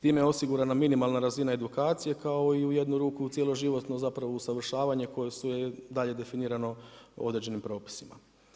Time je osigurana minimalna razina edukacije kao i u jednu ruku cjeloživotno zapravo usavršavanje koje je dalje definirano određenim propisima.